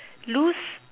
lose